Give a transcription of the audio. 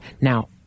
Now